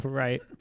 Right